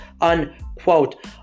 unquote